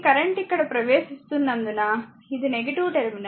ఈ కరెంట్ ఇక్కడ ప్రవేశిస్తున్నందున ఇది టెర్మినల్